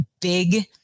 big